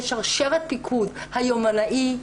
יש שרשרת פיקוד: היומנאי,